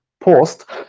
post